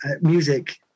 music